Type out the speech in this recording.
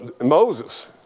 Moses